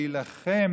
להילחם